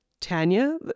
Tanya